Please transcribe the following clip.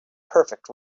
perfect